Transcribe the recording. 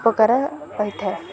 ଉପକାର ହେଇଥାଏ